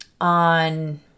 on